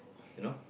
you know